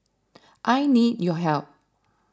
I need your help